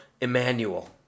Emmanuel